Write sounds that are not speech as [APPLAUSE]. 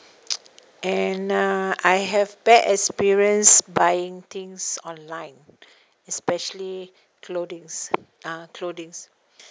[NOISE] and uh I have bad experience buying things online especially clothings uh clothings